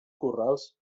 corrals